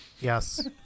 yes